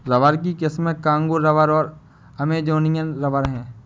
rubber की किस्में Congo rubber और अमेजोनियन रबर हैं